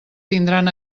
tindran